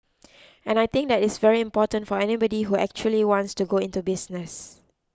and I think that is very important for anybody who actually wants to go into business